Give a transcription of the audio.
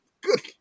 Good